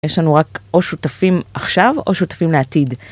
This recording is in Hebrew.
יש לנו רק או שותפים עכשיו או שותפים לעתיד.